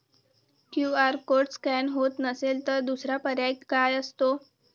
QR code scan होत नसेल तर दुसरा पर्याय काय असतो?